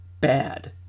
bad